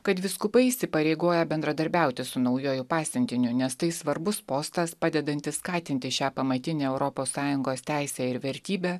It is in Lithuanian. kad vyskupai įsipareigoja bendradarbiauti su naujuoju pasiuntiniu nes tai svarbus postas padedantis skatinti šią pamatinę europos sąjungos teisę ir vertybę